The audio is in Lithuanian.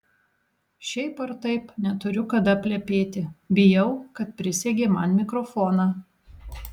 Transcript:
šiaip ar taip neturiu kada plepėti bijau kad prisegė man mikrofoną